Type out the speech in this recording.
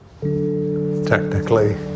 Technically